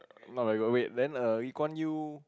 no very good wait then err Lee Kuan Yew